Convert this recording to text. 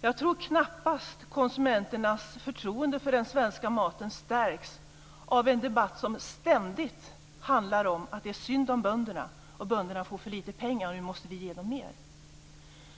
Jag tror knappast att konsumenternas förtroende för den svenska maten stärks av en debatt som ständigt handlar om att det är synd om bönderna, att bönderna får för lite pengar och att vi måste ge dem mer.